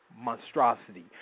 monstrosity